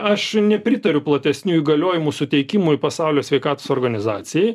aš nepritariu platesnių įgaliojimų suteikimui pasaulio sveikatos organizacijai